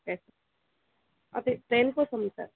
okay sir అదే దేని కోసం సార్